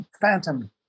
phantom